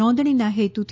નોધણીના હેતુથી